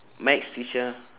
maths teacher